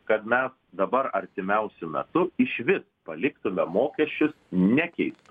kad mes dabar artimiausiu metu išvis paliktume mokesčius nekeistus